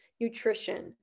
nutrition